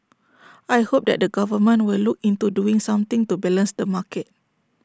I hope that the government will look into doing something to balance the market